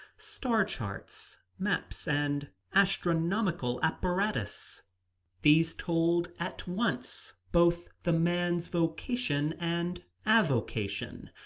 star charts, maps and astronomical apparatus these told at once both the man's vocation and avocation.